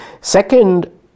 Second